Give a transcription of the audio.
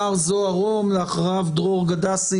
מר זוהר רום ואחריו דרור גדסי.